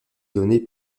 donnée